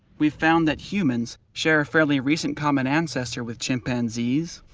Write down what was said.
we've found that humans share a fairly recent common ancestor with chimpanzees,